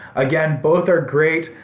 again, both are great,